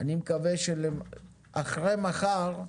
אני מקווה שאחרי מחר,